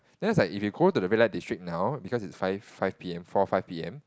then I was like if we go to the red light district now because is five five p_m four or five p_m